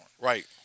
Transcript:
right